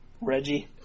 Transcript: Reggie